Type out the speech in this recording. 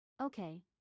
Okay